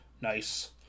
Nice